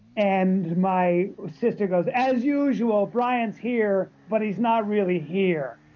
and my sister goes, as usual, bryan's here, but he's not really here.